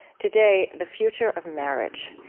today, the future of marriage.